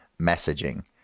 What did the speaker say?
messaging